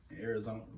Arizona